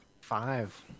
Five